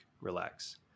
relax